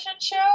show